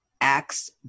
acts